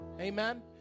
Amen